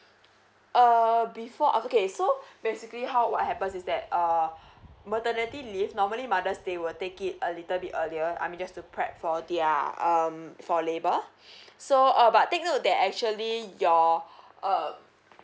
uh before okay so basically how what happens is that uh maternity leave normally mothers they will take it a little bit earlier I mean just to prep for their um for labor so uh but take note that actually your uh